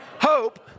hope